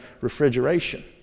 refrigeration